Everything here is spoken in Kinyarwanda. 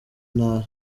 ntara